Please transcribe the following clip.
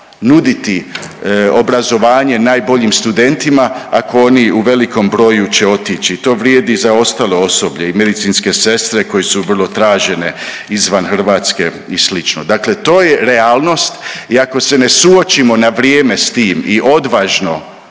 nuditi obrazovanje najboljim studentima ako oni u velikom broju će otići, to vrijedi i za ostale osoblje i medicinske sestre koje su vrlo tražene izvan Hrvatske i slično, dakle to je realnost i ako se ne suočimo na vrijeme s tim i odvažno,